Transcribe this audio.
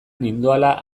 nindoala